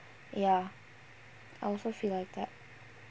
ya I also feel like that